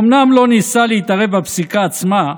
אומנם לא ניסה להתערב בפסיקה עצמה,